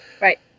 Right